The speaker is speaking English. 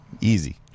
Easy